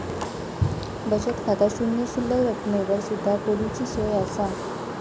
बचत खाता शून्य शिल्लक रकमेवर सुद्धा खोलूची सोया असा